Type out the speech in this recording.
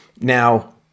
Now